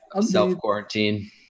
self-quarantine